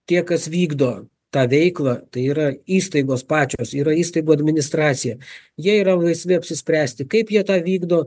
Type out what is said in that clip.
tie kas vykdo tą veiklą tai yra įstaigos pačios yra įstaigų administracija jie yra laisvi apsispręsti kaip jie tą vykdo